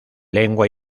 lengua